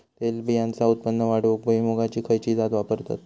तेलबियांचा उत्पन्न वाढवूक भुईमूगाची खयची जात वापरतत?